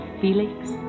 Felix